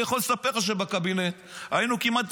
אני יכול לספר לך שבקבינט היינו כמעט,